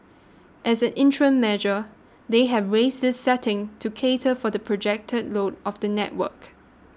as an interim measure they have raised this setting to cater for the projected load of the network